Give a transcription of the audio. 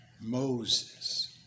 Moses